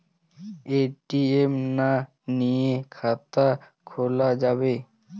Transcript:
ATM না নিয়ে খাতা খোলা যাবে?